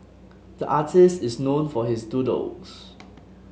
the artist is known for his doodles